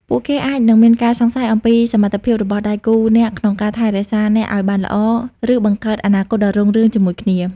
ពួកគេអាចនឹងមានការសង្ស័យអំពីសមត្ថភាពរបស់ដៃគូអ្នកក្នុងការថែរក្សាអ្នកឲ្យបានល្អ ឬបង្កើតអនាគតដ៏រុងរឿងជាមួយគ្នា។